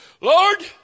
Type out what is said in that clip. Lord